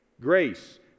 Grace